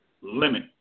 Limit